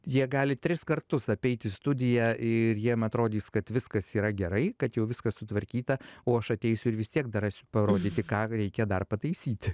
jie gali tris kartus apeiti studiją ir jiem atrodys kad viskas yra gerai kad jau viskas sutvarkyta o aš ateisiu ir vis tiek dar rasiu parodyti ką reikia dar pataisyti